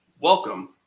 welcome